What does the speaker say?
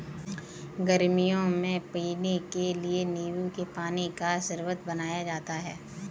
गर्मियों में पीने के लिए नींबू के पानी का शरबत बनाया जाता है